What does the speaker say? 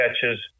catches